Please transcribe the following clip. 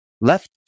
Left